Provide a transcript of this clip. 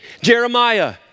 Jeremiah